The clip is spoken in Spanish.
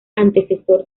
antecesor